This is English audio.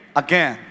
again